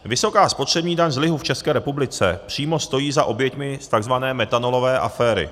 Vysoká spotřební daň z lihu v České republice přímo stojí za oběťmi z tzv. metanolové aféry.